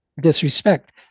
disrespect